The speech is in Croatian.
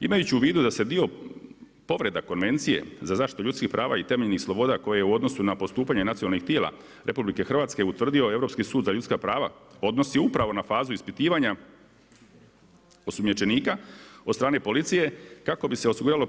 Imajući u vidu da se dio povreda Konvencije za zaštitu ljudskih prava i temeljenih sloboda koje u odnosu na postupanje nacionalnih tijela RH utvrdio Europski sud za ljudska prava odnosi upravo na fazu ispitivanja osumnjičenika, od strane policije kako bi se osigurale